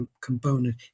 component